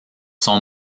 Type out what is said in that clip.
sont